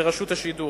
ברשות השידור.